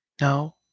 No